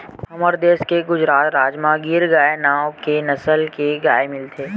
हमर देस के गुजरात राज म गीर गाय नांव के नसल के गाय मिलथे